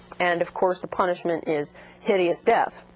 and of course, the punishment is hideous death.